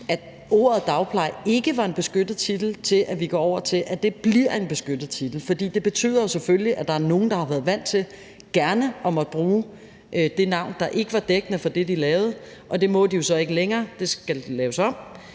at ordet dagpleje ikke var en beskyttet titel, til, at vi går over til, at det bliver en beskyttet titel, fordi det betyder selvfølgelig, at der er nogle, der har været vant til gerne at måtte bruge det navn, der ikke var dækkende for det, de lavede, og det må de så ikke længere, det skal laves om.